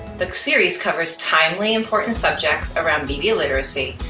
the series covers timely, important subjects around bb literacy,